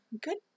Good